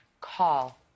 call